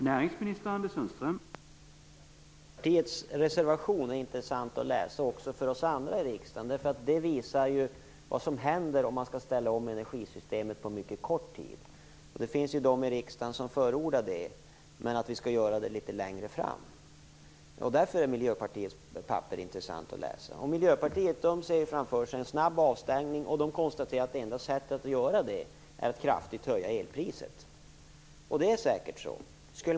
Herr talman! Miljöpartiets reservation är intressant att läsa även för oss andra i riksdagen, eftersom den visar vad som händer om man skall ställa om energisystemet under en mycket kort tid. Det finns en del i riksdagen som förordar det, men att vi skall göra det litet längre fram i tiden. Därför är Miljöpartiets reservation intressant att läsa. Miljöpartiet ser framför sig en snabb avstängning och konstaterar att det enda sättet att göra det är att kraftigt höja elpriset. Det är säkert på det sättet.